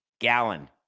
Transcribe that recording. Gallon